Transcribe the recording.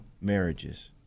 marriages